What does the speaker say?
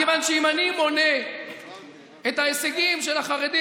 מכיוון שאם אני מונה את ההישגים של החרדים,